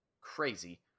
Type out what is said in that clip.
crazy